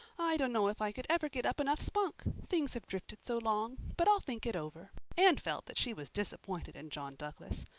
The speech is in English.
i dunno if i could ever get up enough spunk. things have drifted so long. but i'll think it over. anne felt that she was disappointed in john douglas.